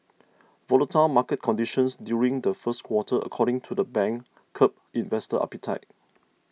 volatile market conditions during the first quarter according to the bank curbed investor appetite